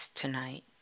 tonight